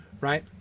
right